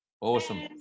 Awesome